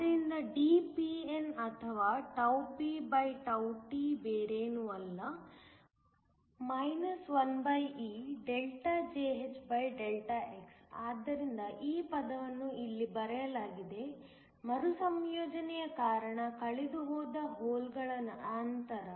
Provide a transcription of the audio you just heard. ಆದ್ದರಿಂದ dPn ಅಥವಾ pt ಬೇರೇನೂ ಅಲ್ಲ 1eJhδx ಆದ್ದರಿಂದ ಈ ಪದವನ್ನು ಇಲ್ಲಿ ಬರೆಯಲಾಗಿದೆ ಮರುಸಂಯೋಜನೆಯ ಕಾರಣ ಕಳೆದುಹೋದ ಹೋಲ್ಗಳ ಅಂತರ